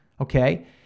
okay